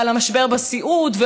ועל המשבר בסיעוד,